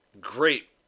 great